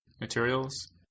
materials